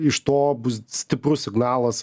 iš to bus stiprus signalas